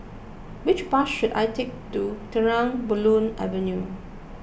which bus should I take to Terang Bulan Avenue